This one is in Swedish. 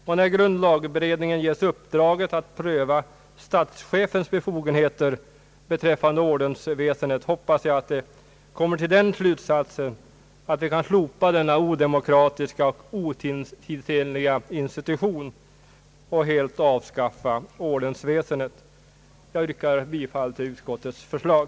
När nu också grundlagberedningen får i uppdrag att pröva statschefens befogenheter beträffande ordensväsendet hoppas jag man kommer fram till den slutsatsen att denna otidsenliga och odemokratiska institution kan slopas och att ordensväsendet alltså helt bör avskaffas. Herr talman! Jag yrkar bifall till utskottets förslag.